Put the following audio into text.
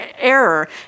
error